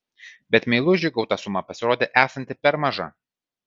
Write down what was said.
bet meilužiui gauta suma pasirodė esanti per maža